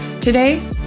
Today